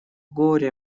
горе